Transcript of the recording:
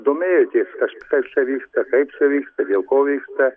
domėjotės kas čia vyksta kaip čia vyksta dėl ko vyksta